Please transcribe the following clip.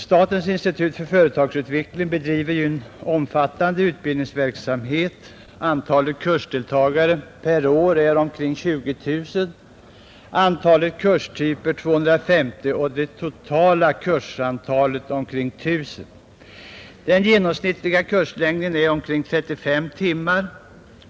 Statens institut för företagsutveckling bedriver en omfattande utbildningsverksamhet. Antalet kursdeltagare per år är omkring 20 000, antalet kurstyper ca 250 och det totala kursantalet omkring 1 000. Den genomsnittliga kurslängden är omkring 35 timmar.